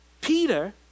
Peter